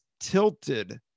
tilted